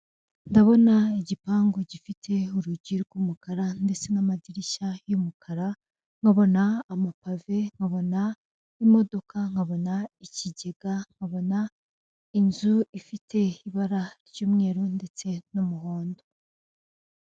Ndabona igipangu gifite urugi rw'umukara ndetse n'amadirishya y'umukara nkabona amapave ,nkabona n'imodoka, nkabona ikigega, nkabona inzu ifite ibara ry'umweru ndetse n'umuhondo .